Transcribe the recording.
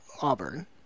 Auburn